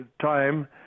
time